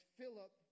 Philip